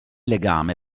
legame